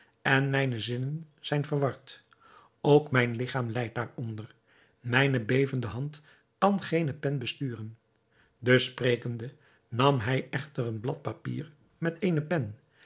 en mijne zinnen zijn verward ook mijn ligchaam lijdt daaronder mijne bevende hand kan geene pen besturen dus sprekende nam hij echter een blad papier met eene pen